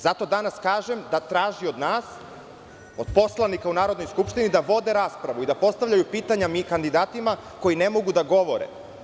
Zato danas kažem da traži od nas, od poslanika u Narodnoj skupštini da vode raspravu i da postavljaju pitanja kandidatima koji ne mogu da govore.